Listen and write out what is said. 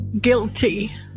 Guilty